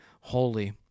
holy